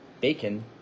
Bacon